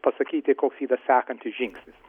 pasakyti koks yra sekantis žingsnis